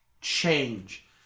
change